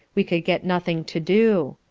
we could get nothing to do.